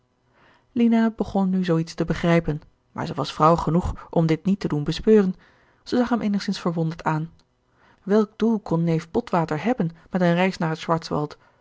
lina begon nu zoo iets te begrijpen maar zij was vrouw genoeg om dit niet te doen bespeuren zij zag hem eenigszins verwonderd aan welk doel kon neef botwater hebben met eene reis naar het schwarzwald